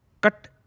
cut